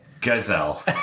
Gazelle